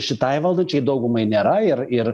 šitai valdančiajai daugumai nėra ir ir